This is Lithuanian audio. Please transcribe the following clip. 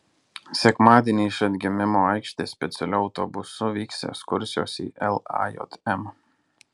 sekmadienį iš atgimimo aikštės specialiu autobusu vyks ekskursijos į lajm